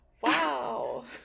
Wow